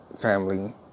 Family